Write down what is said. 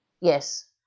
Yes